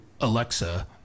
Alexa